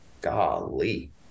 Golly